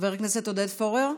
חבר הכנסת עודד פורר,